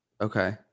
Okay